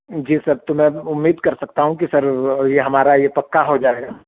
جی sir تو میں اب امید کر سکتا ہوں کہ سر یہ ہمارا یہ پکا ہو جائے گا